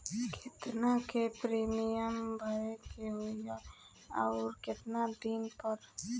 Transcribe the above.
केतना के प्रीमियम भरे के होई और आऊर केतना दिन पर?